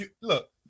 look